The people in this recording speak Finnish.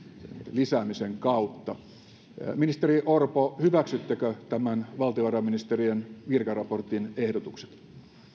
lisäämisen kautta ministeri orpo hyväksyttekö tämän valtiovarainministeriön virkaraportin ehdotukset